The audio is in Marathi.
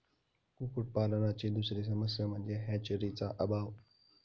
कुक्कुटपालनाची दुसरी समस्या म्हणजे हॅचरीचा अभाव